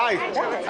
דוד ביטן,